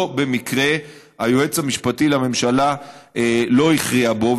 לא במקרה היועץ המשפטי לממשלה לא הכריע בו.